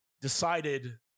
decided